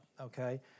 okay